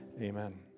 Amen